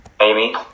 Amy